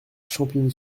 champigny